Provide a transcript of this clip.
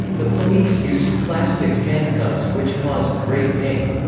the police used plastics handcuffs which caused great pain.